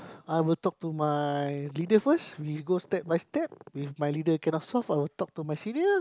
I will talk to my leader first we go step by step if my leader cannot solve I will talk to my senior